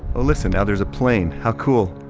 ah listen, now there's a plane, how cool?